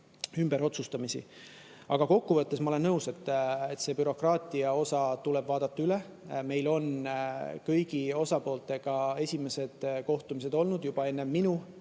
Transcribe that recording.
ümberotsustamisi. Kokku võttes ma olen nõus, et bürokraatia osa tuleb üle vaadata. Meil on kõigi osapooltega esimesed kohtumised olnud juba enne minu